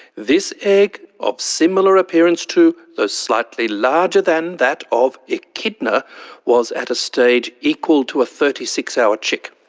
this egg, of similar appearance to though slightly larger than that of echidna was at a stage equal to a thirty six hour chick.